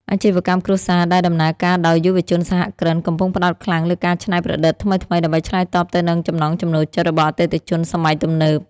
អាជីវកម្មគ្រួសារដែលដំណើរការដោយយុវជនសហគ្រិន កំពុងផ្ដោតខ្លាំងលើការច្នៃប្រឌិតថ្មីៗ ដើម្បីឆ្លើយតបទៅនឹងចំណង់ចំណូលចិត្តរបស់អតិថិជនសម័យទំនើប។